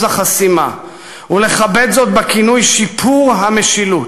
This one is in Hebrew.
החסימה ולכבד זאת בכינוי "שיפור המשילות"